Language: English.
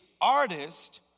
artist